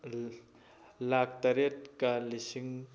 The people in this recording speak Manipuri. ꯂꯥꯛ ꯇꯔꯦꯠꯀ ꯂꯤꯁꯤꯡ